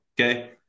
okay